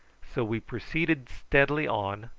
so we proceeded steadily on,